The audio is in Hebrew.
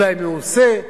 אולי, מעושה,